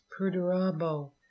Perdurabo